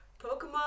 Pokemon